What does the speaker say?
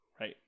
right